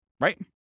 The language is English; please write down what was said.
Right